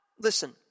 Listen